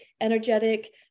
energetic